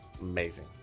amazing